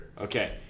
okay